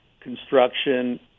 construction